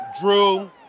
Drew